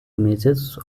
images